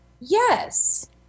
yes